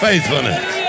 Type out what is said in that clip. Faithfulness